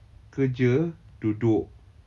kerja duduk